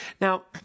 Now